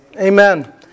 Amen